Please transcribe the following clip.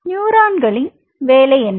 நியூரான்களின் வேலை என்ன